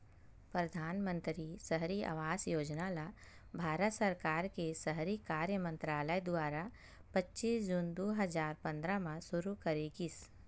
परधानमंतरी सहरी आवास योजना ल भारत सरकार के सहरी कार्य मंतरालय दुवारा पच्चीस जून दू हजार पंद्रह म सुरू करे गिस